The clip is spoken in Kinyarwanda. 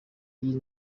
iyi